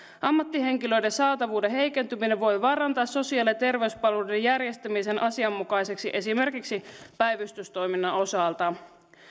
ammattihenkilöiden saatavuuden heikentyminen voi vaarantaa sosiaali ja terveyspalveluiden järjestämisen asianmukaiseksi esimerkiksi päivystystoiminnan osalta